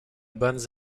bonnes